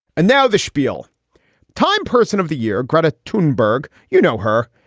and now the spiel time person of the year, gretta tune bourg. you know her.